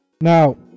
now